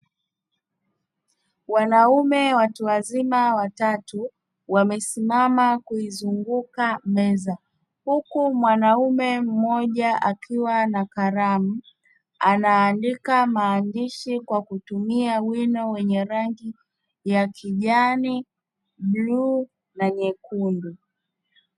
Wanaume watu wazima watatu wamesimama kuizunguka meza huku mwanaume mmoja akiwa na kalamu, anaandika maandishi kwa kutumia wino wenye rangi ya kijani, bluu na nyekundu.